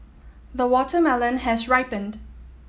the watermelon has ripened